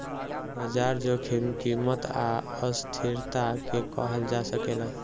बाजार जोखिम कीमत आ अस्थिरता के कहल जा सकेला